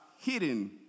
hidden